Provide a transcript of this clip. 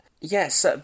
Yes